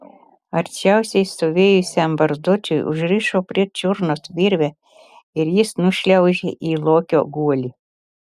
arčiausiai stovėjusiam barzdočiui užrišo prie čiurnos virvę ir jis nušliaužė į lokio guolį